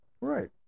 Right